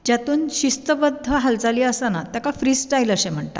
जातूंत शिस्तबद्ध हालचाली आसनात ताका फ्री स्टाइल अशें म्हणटात